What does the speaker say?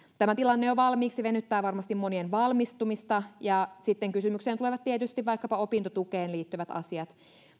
tämä tilanne jo valmiiksi venyttää varmasti monien valmistumista ja sitten kysymykseen tulevat tietysti vaikkapa opintotukeen liittyvät asiat